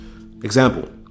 example